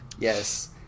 Yes